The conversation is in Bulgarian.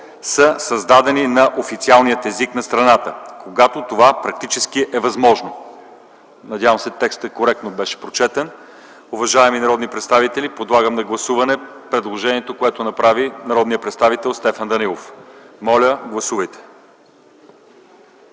са създадени на официалния език на страната, когато това практически е възможно.” Надявам се текстът коректно да беше прочетен. Уважаеми народни представители, подлагам на гласуване предложението, което направи народният представител Стефан Данаилов. Моля, гласувайте.